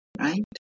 Right